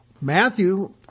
matthew